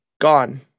Gone